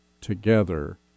together